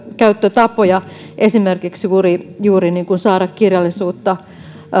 käyttötapoja esimerkiksi juuri saada kirjallisuutta